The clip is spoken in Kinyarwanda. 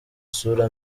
isura